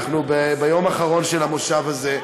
אנחנו ביום האחרון של המושב הזה,